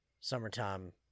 summertime